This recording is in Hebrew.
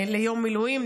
יסיים את המליאה,